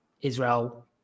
Israel